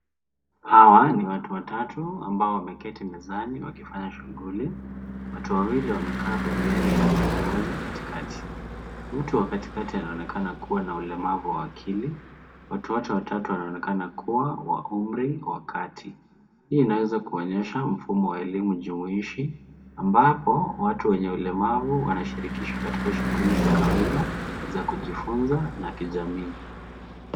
Hawa ni watu watatu ambao wameketi mezani wakifanya shughuli. Watu wawili wamekaa pembeni ya mtu mmoja katikati. Mtu wa katikati anaonekana kua na ulemavu wa akili. Watu wote watatu wanaonekana kua wa umri wa kati. Hii inaweza kuonyesha mfumo wa elimu jumuishi ambapo watu wenye ulemavu wanashirikishwa katika shughuli za kawaida, za kujifunza na kijamii.